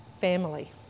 family